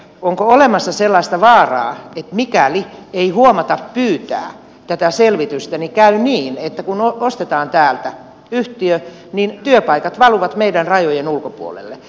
onko olemassa sellaista vaaraa että mikäli ei huomata pyytää tätä selvitystä niin käy niin että kun ostetaan täältä yhtiö niin työpaikat valuvat meidän rajojemme ulkopuolelle